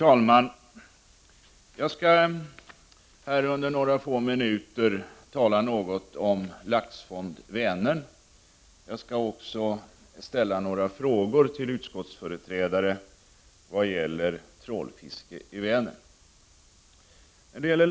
Herr talman! Under några få minuter skall jag tala om Laxfond för Vänern. Jag skall också ställa några frågor till utskottsföreträdare om trålfiske i Vänern.